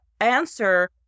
answer